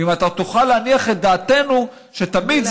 ואם אתה תוכל להניח את דעתנו שתמיד זה